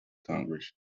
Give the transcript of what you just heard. congress